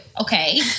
okay